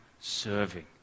serving